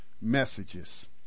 messages